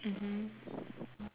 mmhmm